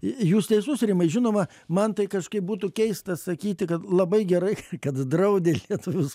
jūs teisus rimai žinoma man tai kažkaip būtų keista sakyti kad labai gerai kad draudė lietuvius